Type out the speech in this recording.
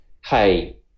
hey